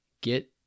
get